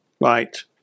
right